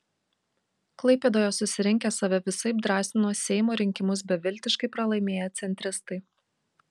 klaipėdoje susirinkę save visaip drąsino seimo rinkimus beviltiškai pralaimėję centristai